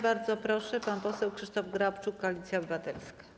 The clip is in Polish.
Bardzo proszę, pan poseł Krzysztof Grabczuk, Koalicja Obywatelska.